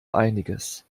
einiges